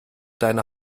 deine